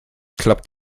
klappt